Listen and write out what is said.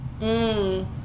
Mmm